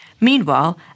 Meanwhile